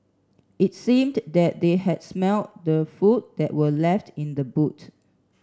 it seemed that they had smelt the food that were left in the boot